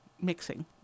mixing